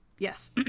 Yes